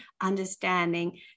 understanding